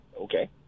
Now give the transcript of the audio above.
Okay